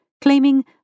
claiming